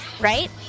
right